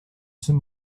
some